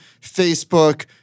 Facebook